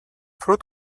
fruit